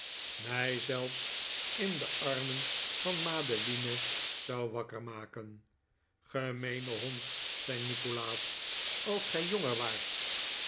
mij zelfs in de armen van madeline zou wakker maken gemeene hond zei nikolaas als gij jonger waart